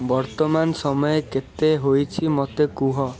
ବର୍ତ୍ତମାନ ସମୟ କେତେ ହୋଇଛି ମୋତେ କୁହ